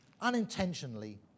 unintentionally